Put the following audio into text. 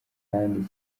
kandi